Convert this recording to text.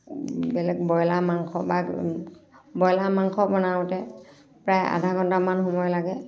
বেলেগ ব্ৰয়লাৰ মাংস বা ব্ৰয়লাৰ মাংস বনাওঁতে প্ৰায় আধা ঘণ্টামান সময় লাগে